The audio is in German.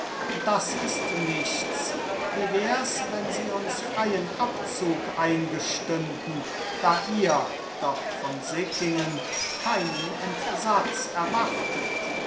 das ist nichts wie wär's wenn sie uns freien abzug eingestünden da ihr doch von sickingen keinen entsatz erwartet